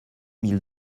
mille